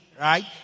Right